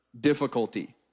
difficulty